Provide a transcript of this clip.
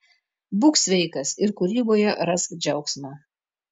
būk sveikas ir kūryboje rask džiaugsmą